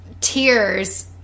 tears